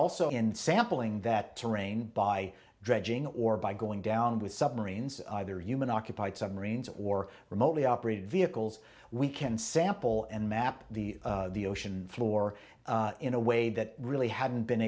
also in sampling that terrain by dredging or by going down with submarines either human occupied submarines or remotely operated vehicles we can sample and map the ocean floor in a way that really hadn't been